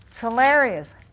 hilarious